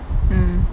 mm